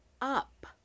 up